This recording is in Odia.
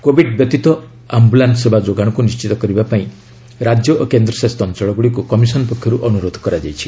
କୋଭିଡ୍ ବ୍ୟତୀତ ଅନ୍ୟ ଆମ୍ଭୁଲାନ୍ନ ସେବା ଯୋଗାଣକୁ ନିଶ୍ଚିତ କରିବା ପାଇଁ ରାଜ୍ୟ ଓ କେନ୍ଦ୍ର ଶାସିତ ଅଞ୍ଚଳଗୁଡ଼ିକୁ କମିଶନ ପକ୍ଷରୁ ଅନୁରୋଧ କରାଯାଇଛି